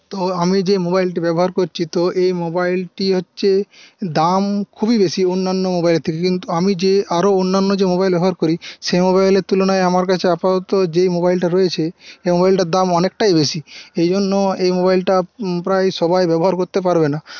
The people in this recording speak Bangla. তো আমি যেই মোবাইলটি ব্যবহার করছি তো এই মোবাইলটি হচ্ছে দাম খুবই বেশি অন্যান্য মোবাইলের থেকে কিন্তু আমি যে আরও অন্যান্য যে মোবাইল ব্যবহার করি সেই মোবাইলের তুলনায় আমার কাছে আপাতত যেই মোবাইলটা রয়েছে এই মোবাইলটার দাম অনেকটাই বেশি এই জন্য এই মোবাইলটা প্রায় সবাই ব্যবহার করতে পারবে না